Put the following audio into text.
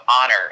honor